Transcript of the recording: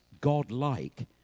God-like